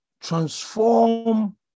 transform